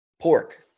Pork